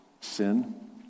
sin